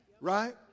right